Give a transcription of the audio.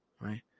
right